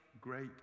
great